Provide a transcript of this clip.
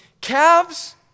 calves